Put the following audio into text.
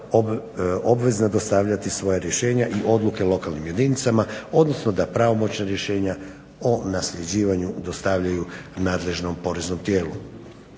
obvezna dostavljati svoja rješenja i odluke lokalnim jedinicama odnosno da pravomoćna rješenja o nasljeđivanju dostavljaju nadležnom poreznom tijelu.